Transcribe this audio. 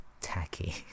tacky